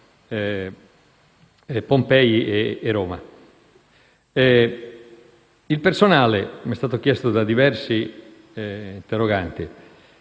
(Pompei e Roma). Per il personale - mi è stato chiesto da diversi interroganti